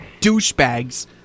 douchebags